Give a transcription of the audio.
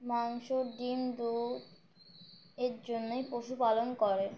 মাংস ডিম দুধ এর জন্যই পশুপালন করে